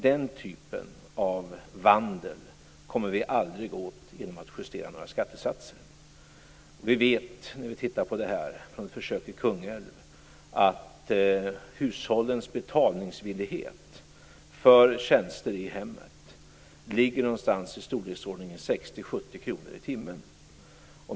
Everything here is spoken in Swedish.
Den typen av vandel kommer vi aldrig åt genom att justera några skattesatser. Vi vet från ett försök i Kungälv att hushållens betalningsvillighet för tjänster i hemmet ligger någonstans i storleksordningen 60-70 kr i timmen.